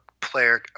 player